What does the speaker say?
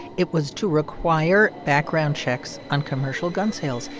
it was to require background checks on commercial gun sales.